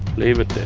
leave it there.